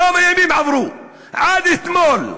כמה ימים עברו עד אתמול?